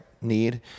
need